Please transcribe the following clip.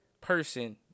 person